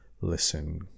listen